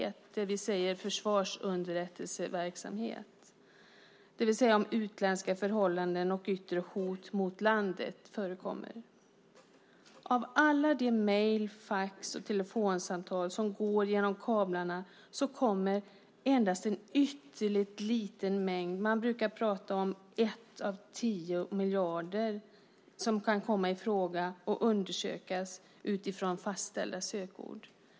Det handlar om det vi kallar för försvarsunderrättelseverksamhet, det vill säga om det gäller utländska förhållanden och om yttre hot mot landet förekommer. Av alla de mejl, fax och telefonsamtal som går igenom kablarna kommer endast en ytterligt liten mängd i fråga. Man brukar tala om att det är ett meddelande av tio miljarder som kan komma i fråga och undersökas utifrån fastställda sökord.